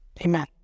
amen